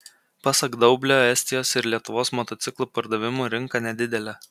pasak daublio estijos ir lietuvos motociklų pardavimų rinka nedidelė